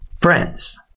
friends